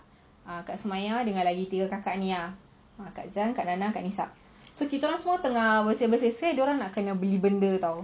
kak sumayah dengan lagi tiga kakak ni ah kak jah kak nana kak nisa so kita orang semua tengah bersih-bersih sekali dorang kena beli benda [tau]